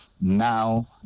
now